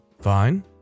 Fine